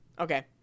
Okay